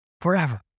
forever